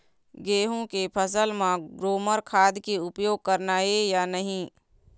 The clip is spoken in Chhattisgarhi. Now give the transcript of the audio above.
गेहूं के फसल म ग्रोमर खाद के उपयोग करना ये या नहीं?